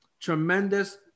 tremendous